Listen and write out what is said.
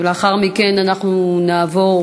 לאחר מכן אנחנו נעבור